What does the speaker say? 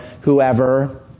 whoever